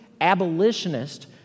abolitionist